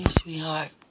sweetheart